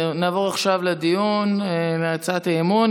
נעבור עכשיו לדיון בהצעת האי-אמון.